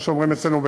כמו שאומרים אצלנו,